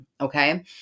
Okay